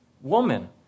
woman